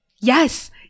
Yes